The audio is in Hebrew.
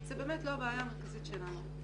זו באמת לא הבעיה המרכזית שלנו.